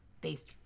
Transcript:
based